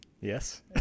yes